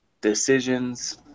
decisions